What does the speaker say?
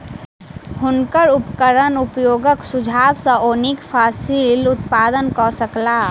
हुनकर उपकरण उपयोगक सुझाव सॅ ओ नीक फसिल उत्पादन कय सकला